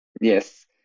yes